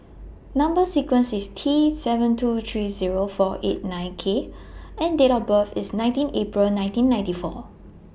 Number sequence IS T seven two three Zero four eight nine K and Date of birth IS nineteen April nineteen ninety four